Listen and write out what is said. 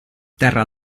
terra